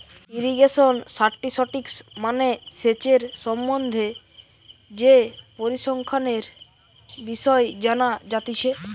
irrigation statistics মানে সেচের সম্বন্ধে যে পরিসংখ্যানের বিষয় জানা যাতিছে